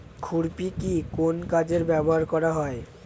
খুরপি কি কোন কাজে ব্যবহার করা হয়?